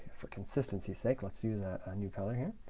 for consistency sake, let's use that ah new color here.